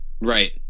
Right